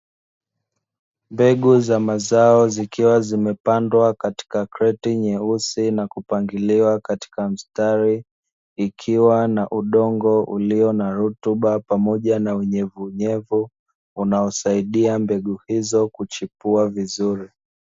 Mbegu za mazao zikiwa zimepandwa katika kreti nyeusi na kupangiliwa katika mstari, ikiwa na udongo ulio na rutuba pamoja na unyevunyevu unaosaidia mbegu hizo kuchipua vizuri.